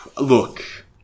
Look